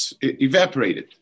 evaporated